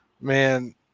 Man